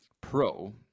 Pro